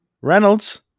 Reynolds